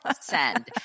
send